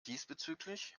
diesbezüglich